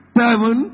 seven